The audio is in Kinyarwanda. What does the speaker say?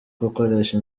gukoresha